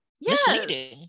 misleading